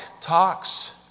talks